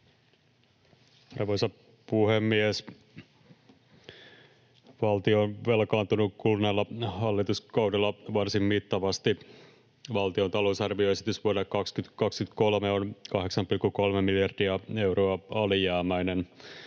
Arvoisa puhemies! Valtio on velkaantunut kuluneella hallituskaudella varsin mittavasti. Valtion talousarvioesitys vuodelle 2023 on 8,3 miljardia euroa alijäämäinen.